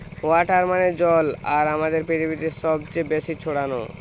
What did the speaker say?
water মানে জল আর আমাদের পৃথিবীতে সবচে বেশি ছড়ানো